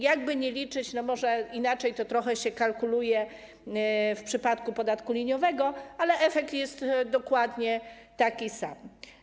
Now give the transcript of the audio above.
Jakkolwiek by liczyć - no, może inaczej to trochę się kalkuluje w przypadku podatku liniowego - efekt jest dokładnie taki sam.